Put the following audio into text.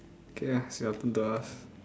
K ah it's your turn to ask